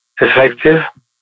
effective